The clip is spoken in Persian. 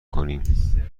کنیم